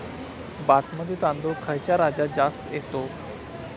बासमती तांदूळ खयच्या राज्यात जास्त येता?